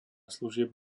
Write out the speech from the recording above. služieb